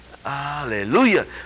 hallelujah